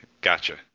gotcha